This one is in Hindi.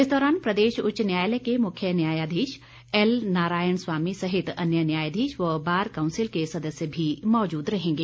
इस दौरान प्रदेश उच्च न्यायालय के मुख्य न्यायाधीश एल नारायण स्वामी सहित अन्य न्यायाधीश व बार काउंसिल के सदस्य भी मौजूद रहेंगे